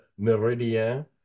Meridien